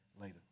later